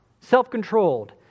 self-controlled